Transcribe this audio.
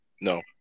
No